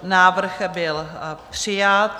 Návrh byl přijat.